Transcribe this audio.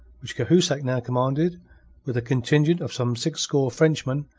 which cahusac now commanded with a contingent of some sixscore frenchmen,